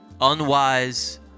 unwise